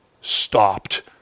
stopped